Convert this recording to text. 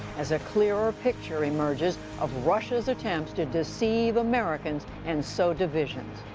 as a clearer picture emerges of russia's attempts to deceive americans and sow divisions.